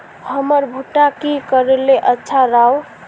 हमर भुट्टा की करले अच्छा राब?